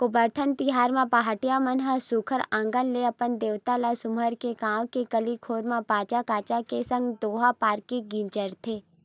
गोबरधन तिहार म पहाटिया मन ह सुग्घर अंकन ले अपन देवता ल सुमर के गाँव के गली घोर म बाजा गाजा के संग दोहा पारत गिंजरथे